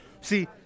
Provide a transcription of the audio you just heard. See